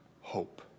hope